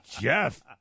Jeff